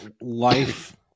life